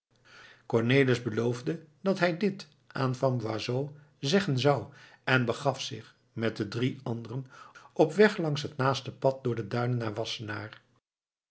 cornelis beloofde dat hij dit aan van boisot zeggen zou en begaf zich met de drie anderen op weg langs het naaste pad door de duinen naar wassenaar